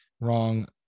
wrong